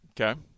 Okay